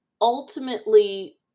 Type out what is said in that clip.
ultimately